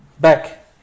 back